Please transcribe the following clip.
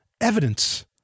evidence